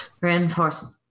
Reinforcement